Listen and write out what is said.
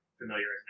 familiar